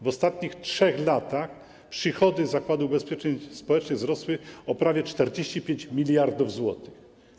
W ostatnich 3 latach przychody Zakładu Ubezpieczeń Społecznych wzrosły o prawie 45 mld zł.